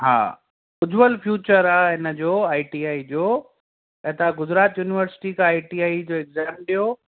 हा उज्ज्वल फ़्यूचर आहे इनजो आई टी आई जो ऐं तव्हां गुजरात युनिवर्सिटी खां आई टी आई जो एग्जाम ॾियो